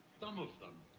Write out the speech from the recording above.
some of them,